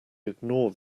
ignore